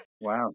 Wow